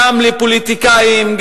גם לפוליטיקאים,